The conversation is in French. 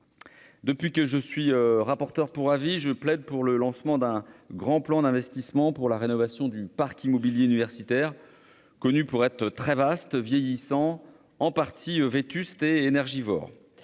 Depuis que je suis rapporteur pour avis, je plaide pour le lancement d'un grand plan d'investissement destiné à la rénovation du parc immobilier universitaire, connu pour être très vaste, vieillissant, en partie vétuste et énergivore.